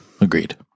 Agreed